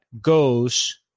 goes